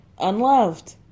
unloved